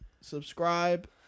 subscribe